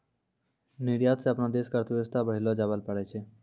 निर्यात स अपनो देश के अर्थव्यवस्था बढ़ैलो जाबैल पारै छै